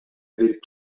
берип